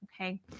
Okay